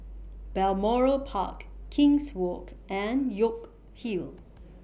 Balmoral Park King's Walk and York Hill